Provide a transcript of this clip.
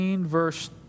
verse